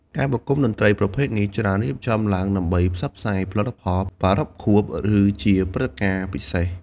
ការប្រគំតន្ត្រីប្រភេទនេះច្រើនរៀបចំឡើងដើម្បីផ្សព្វផ្សាយផលិតផល ប្រារព្ធខួប ឬជាព្រឹត្តិការណ៍ពិសេស។